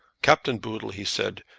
captain boodle, he said,